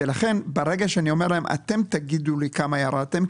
לכן ברגע שאני אומר להם: אתם תגידו לי בכמה ירדתם,